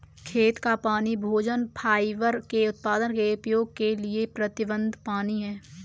खेत का पानी भोजन और फाइबर के उत्पादन में उपयोग के लिए प्रतिबद्ध पानी है